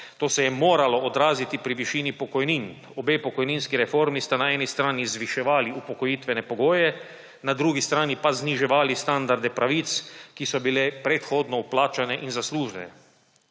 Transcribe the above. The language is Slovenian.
To se je moralo odraziti pri višini pokojnin. Obe pokojninski reformi sta na eni strani zviševali upokojitvene pogoje, na drugi strani pa zniževali standarde pravic, ki so bile predhodno vplačane in zaslužene.